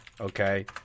okay